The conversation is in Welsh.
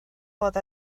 bod